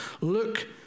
Look